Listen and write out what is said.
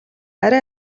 арай